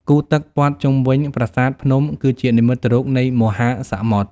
គូទឹកព័ទ្ធជុំវិញប្រាសាទភ្នំ គឺជានិមិត្តរូបនៃមហាសមុទ្រ។